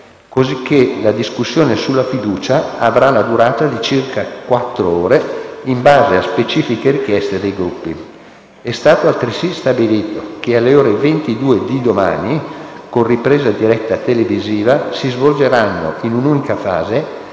cosicché la discussione sulla fiducia avrà la durata di circa quattro ore, in base a specifiche richieste dei Gruppi. È stato altresì stabilito che alle ore 22 di domani, con ripresa diretta televisiva, si svolgeranno in un'unica fase